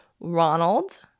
Ronald